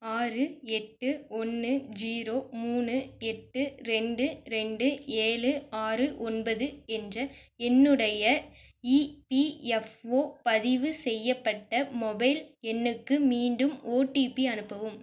ஆறு எட்டு ஒன்று ஜீரோ மூணு எட்டு ரெண்டு ரெண்டு ஏழு ஆறு ஒன்பது என்ற என்னுடைய இபிஎஃப்ஓ பதிவு செய்யப்பட்ட மொபைல் எண்ணுக்கு மீண்டும் ஓடிபி அனுப்பவும்